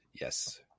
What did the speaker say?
Yes